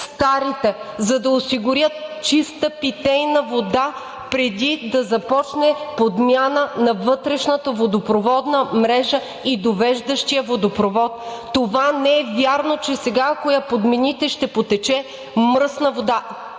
за да осигурят чиста питейна вода преди да започне подмяна на вътрешната водопроводна мрежа и довеждащия водопровод. Това не е вярно, че сега, ако я подмените, ще потече мръсна вода.